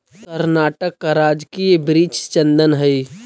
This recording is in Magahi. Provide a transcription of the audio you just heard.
कर्नाटक का राजकीय वृक्ष चंदन हई